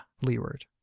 leeward